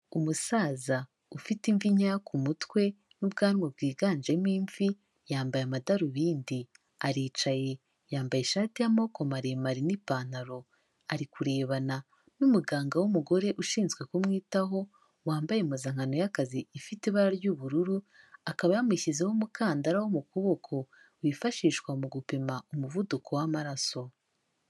Umusaza ufite imvi nyeya ku mutwe n'ubwanwa bwiganjemo imvi, yambaye amadarubindi, aricaye yambaye ishati y'amaboko maremare n'ipantaro, ari kurebana n'umuganga w'umugore ushinzwe kumwitaho, wambaye impuzankano y'akazi ifite ibara ry'ubururu, akaba yamushyizeho umukandara wo mu kuboko wifashishwa mu gupima umuvuduko w'amaraso.